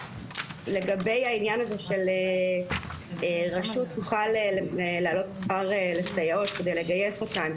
לגבי העניין הזה שרשות תוכל להעלות שכר לסייעות כדי לגייס אותן.